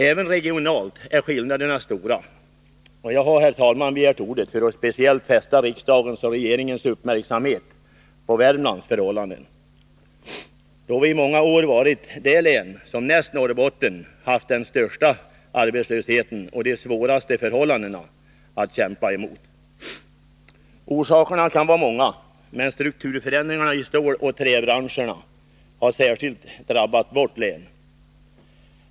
Även regionalt är skillnaderna stora, och jag har, herr talman, begärt ordet för att fästa riksdagens och regeringens uppmärksamhet speciellt på Värmlands förhållanden. Värmland har i många år varit det län som näst Norrbotten har haft den största arbetslösheten och de svåraste förhållandena att kämpa emot. Orsakerna kan vara många, men strukturförändringarna i ståloch träbranscherna har särskilt hårt drabbat vårt län.